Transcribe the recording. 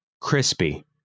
Crispy